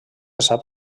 sap